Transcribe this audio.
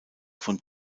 von